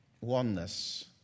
oneness